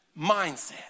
mindset